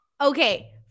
Okay